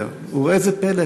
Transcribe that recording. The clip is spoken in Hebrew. וראה זה פלא,